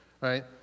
Right